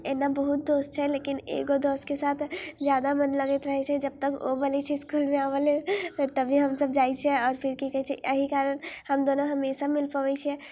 एना बहुत दोस्त छै लेकिन एगो दोस्तके साथ जादा मन लगैत रहै छै जबतक ओ बोलै छै इसकुलमे आबऽ लेल तभी हमसभ जाइ छियै आओर फिर की कहै छै एहि कारण हम दोनो हमेशा मिल पबै छियै